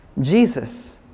Jesus